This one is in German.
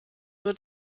nur